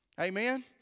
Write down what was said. Amen